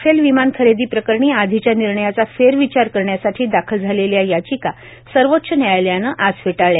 Rafale विमानखरेदी प्रकरणी आधीच्या निर्णयाचा फेरविचार करण्यासाठी दाखल झालेल्या याचिका सर्वोच्च न्यायालयानं आज फेटाळल्या